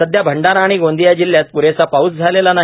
सध्या भंडारा आणि गोंदिया जिल्ह्यात प्रेसा पाऊस झालेला नाही